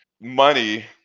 money